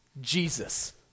Jesus